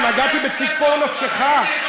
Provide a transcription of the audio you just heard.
נגעתי בציפור נפשך?